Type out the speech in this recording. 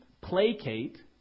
placate